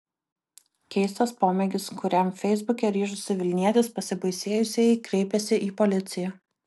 keistas pomėgis kuriam feisbuke ryžosi vilnietis pasibaisėjusieji kreipėsi į policiją